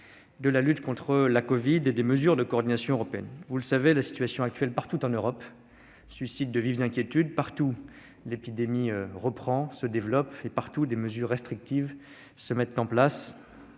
de la lutte contre la covid et des mesures de coordination européenne, la situation actuelle, partout en Europe, suscite de vives inquiétudes. Partout, l'épidémie reprend, se développe ; partout, des mesures restrictives se mettent en place.